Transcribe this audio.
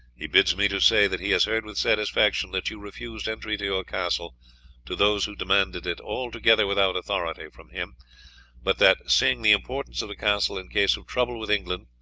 he bids me to say that he has heard with satisfaction that you refused entry to your castle to those who demanded it altogether without authority from him but that, seeing the importance of the castle in case of trouble with england,